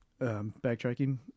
backtracking